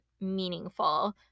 meaningful